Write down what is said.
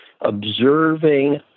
observing